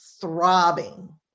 throbbing